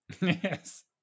yes